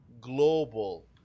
global